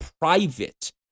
private